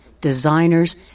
designers